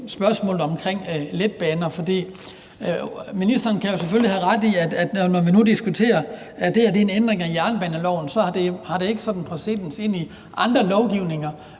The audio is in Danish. om letbaner. For ministeren kan jo selvfølgelig have ret i, at når vi nu diskuterer, at det her er en ændring af jernbaneloven, har det ikke sådan præcedens i forhold til anden lovgivning.